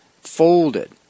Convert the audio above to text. folded